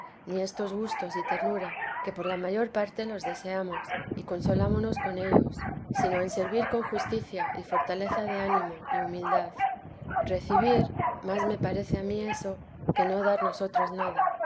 ni estos gustos y ternura que por la mayor parte los deseamos y consolámonos con ellos sino en servir con justicia y fortaleza de ánimo y humildad recibir más me parece a mi eso que no dar nosotros nada